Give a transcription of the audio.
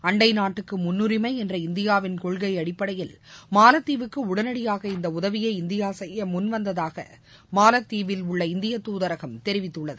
அன்டைநாட்டுக்குமுன்னுரிமைஎன்ற இந்தியாவின் கொள்கைஅடிப்படையில் மாலத்தீவுக்குஉடனடியாக இந்தஉதவியை இந்தியாசெய்யமுன்வந்ததாகமாலத்தீவிலுள்ள இந்திய தூதரகம் தெரிவித்துள்ளது